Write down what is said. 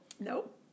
nope